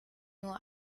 nur